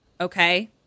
Okay